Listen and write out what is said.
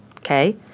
Okay